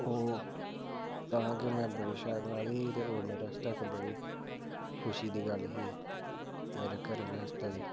ओह् में बड़ी शैल बनाई दी ही ते ओह् मेरे आस्तै बड़ी खुशी दी गल्ल ही ते मेरे घरै आह्लें आस्तै बी